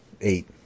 eight